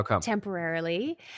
temporarily